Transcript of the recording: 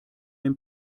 dem